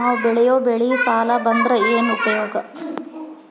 ನಾವ್ ಬೆಳೆಯೊ ಬೆಳಿ ಸಾಲಕ ಬಂದ್ರ ಏನ್ ಉಪಯೋಗ?